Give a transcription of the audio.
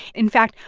in fact,